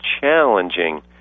challenging